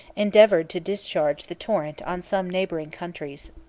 endeavored to discharge the torrent on some neighboring countries.